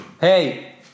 Hey